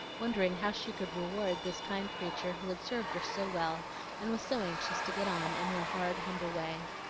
wondering how she could reward this kind creature who had served her so well and was so anxious to get on in her hard, humble way.